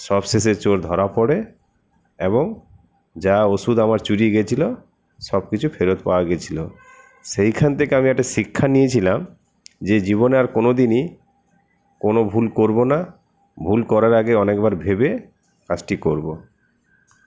সব শেষে চোর ধরা পড়ে এবং যা ওষুধ আমার চুরি গেছিল সব কিছু ফেরত পাওয়া গেছিল সেইখান থেকে আমি একটা শিক্ষা নিয়েছিলাম যে জীবনে আর কোনো দিনই কোনো ভুল করবো না ভুল করার আগে অনেকবার ভেবে কাজটি করবো